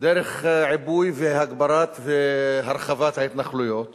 דרך עיבוי והגברת והרחבת ההתנחלויות